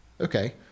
Okay